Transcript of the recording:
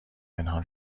پنهان